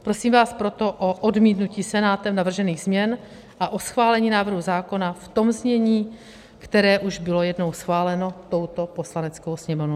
Prosím vás proto o odmítnutí Senátem navržených změn a o schválení návrhu zákona v tom znění, které už bylo jednou schváleno touto Poslaneckou sněmovnou.